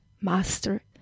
master